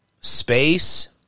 space